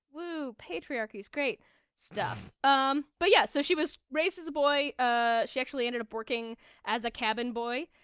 woo. patriarchy is great stuff um but yeah, so she was raised as a boy. ah, she actually ended up working as a cabin boy.